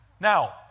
Now